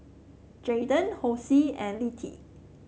Jaiden Hosie and Littie